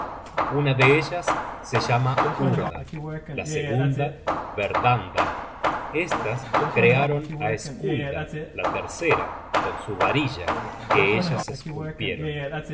una de ellas se llama urda la segunda verdanda estas crearon á skulda la tercera con su varilla que ellas esculpieron